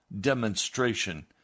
demonstration